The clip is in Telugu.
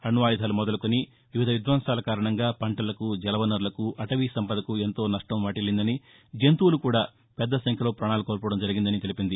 అణ్వాయుధాలు మొదలుకొని వివిధ విధ్వంసాల కారణంగా పంటలకు జలవనరులకు అటవీ సంపదకు ఎంతో నష్టం వాటిల్లిందని జంతుపులు కూడా పెద్ద సంఖ్యలో ప్రాణాలు కోల్పోవడం జరిగిందని తెలిపింది